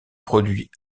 produit